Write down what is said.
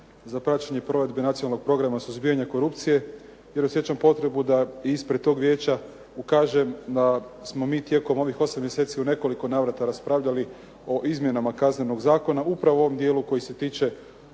za praćenje provedbe nacionalnog programa suzbijanja korupcije, jer osjećam potrebu da ispred tog vijeća ukažem da smo mi tijekom 8 mjeseci u nekoliko navrata raspravljali o izmjenama Kaznenog zakona upravo u ovom djelu koji se tiče